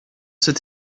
cette